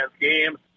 game